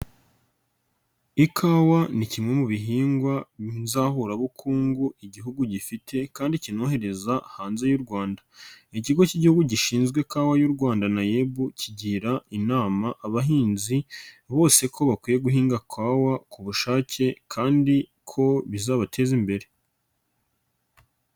Ikawa ni kimwe mu bihingwa nzahurabukungu Igihugu gifite kandi kinohereza hanze y'u Rwanda, ikigo k'Igihugu gishinzwe ikawa y'u Rwanda NAEB kigira inama abahinzi bose ko bakwiye guhinga kawa ku bushake kandi ko bizabateza imbere.